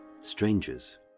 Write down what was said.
strangers